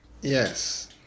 Yes